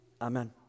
Amen